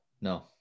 No